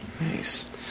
Nice